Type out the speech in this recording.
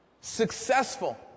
successful